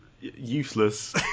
useless